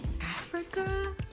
Africa